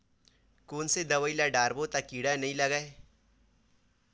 कोन से दवाई ल डारबो त कीड़ा नहीं लगय?